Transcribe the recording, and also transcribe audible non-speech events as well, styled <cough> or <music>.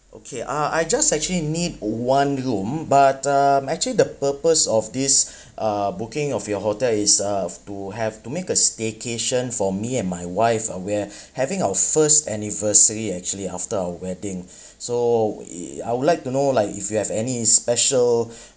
okay uh I just actually need one room but um actually the purpose of this <breath> uh booking of your hotel is uh have to have to make a staycation for me and my wife uh we're having our first anniversary actually after our wedding <breath> so it~ I would like to know like if you have any special <breath>